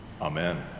Amen